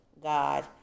god